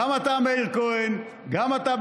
גם אתה,